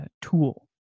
tool